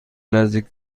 نزدیک